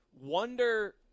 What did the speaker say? wonder –